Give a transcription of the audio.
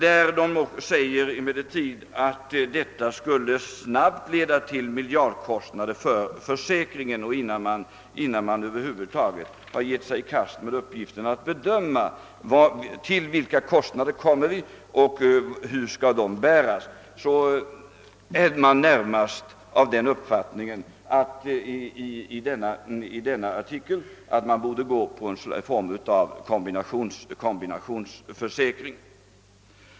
Där skriver tidningen emellertid: »Detta skulle nämligen snabbt leda till miljardkostnader för försäkringen.» Innan man över huvud taget har givit sig i kast med uppgiften att bedöma till vilka kostnader vi kommer och hur de skall bäras är tidningen närmast av den uppfattningen, att man i stället borde få någon form av kombinationsförsäkring.